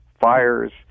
fires